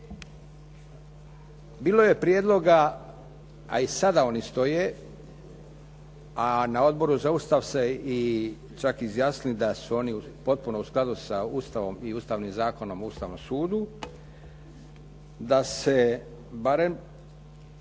Bilo je prijedloga, a i sada oni stoje, a na Odboru za Ustav su se čak i izjasnili da su oni potpuno u skladu sa Ustavom i Ustavnim zakonom o Ustavnom sudu, da se barem